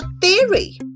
theory